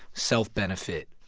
self-benefit.